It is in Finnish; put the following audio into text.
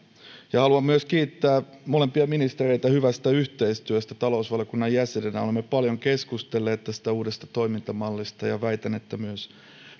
haluan myös talousvaliokunnan jäsenenä kiittää molempia ministereitä hyvästä yhteistyöstä olemme paljon keskustelleet tästä uudesta toimintamallista ja väitän että myös